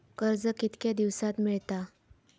कर्ज कितक्या दिवसात मेळता?